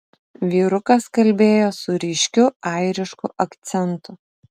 vyrukas kalbėjo su ryškiu airišku akcentu